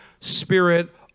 spirit